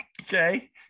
Okay